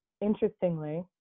interestingly